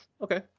okay